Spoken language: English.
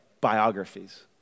biographies